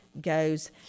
goes